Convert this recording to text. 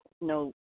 no